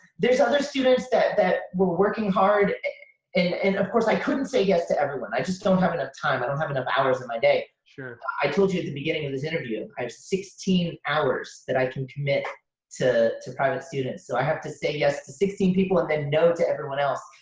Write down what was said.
there's other students that that were working hard and and of course, i couldn't say yes to everyone. i just don't have enough time. i don't have enough hours in my day. sure. i told you at the beginning of this interview, i have sixteen hours that i can commit to to private students, so i have to say yes to sixteen people and then no to everyone else.